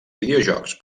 videojocs